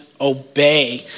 obey